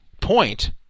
point